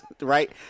right